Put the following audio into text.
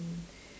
and